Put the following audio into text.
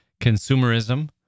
consumerism